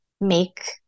make